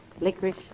licorice